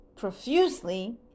Profusely